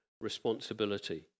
responsibility